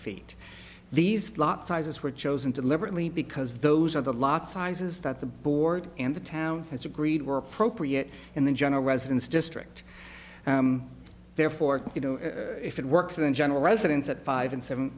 feet these lot sizes were chosen deliberately because those are the lot sizes that the board and the town has agreed were appropriate in the general residence district therefore if it works in general residence at five and seven